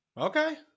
Okay